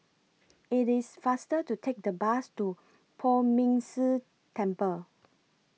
IT IS faster to Take The Bus to Poh Ming Tse Temple